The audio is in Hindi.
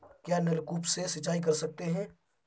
क्या नलकूप से सिंचाई कर सकते हैं?